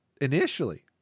initially